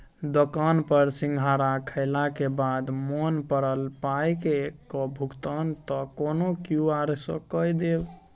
दोकान पर सिंघाड़ा खेलाक बाद मोन पड़ल पायक भुगतान त कोनो क्यु.आर सँ कए देब